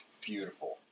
beautiful